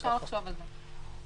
אפשר לחשוב על זה.